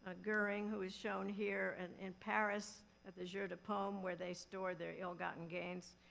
ah goering, who is shown here and in paris at the jeu de paume, where they stored their ill-gotten gains,